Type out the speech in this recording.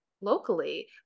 locally